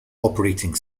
operating